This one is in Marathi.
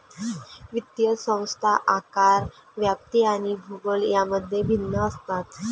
वित्तीय संस्था आकार, व्याप्ती आणि भूगोल यांमध्ये भिन्न असतात